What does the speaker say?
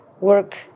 work